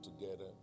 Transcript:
together